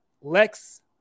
Lex